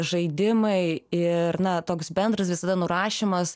žaidimai ir na toks bendras visada nurašymas